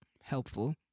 Helpful